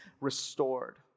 restored